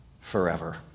Forever